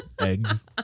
Eggs